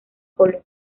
colo